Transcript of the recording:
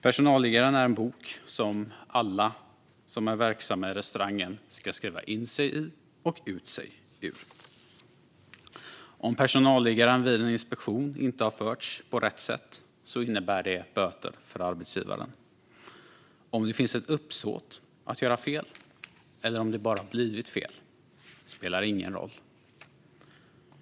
Personalliggaren är en bok som alla som är verksamma i restaurangen ska skriva in sig i och ut sig ur. Om det vid inspektion visar sig att personalliggaren inte har förts på rätt sätt innebär det böter för arbetsgivaren. Om det funnits ett uppsåt att göra fel eller om det bara blivit fel spelar ingen roll.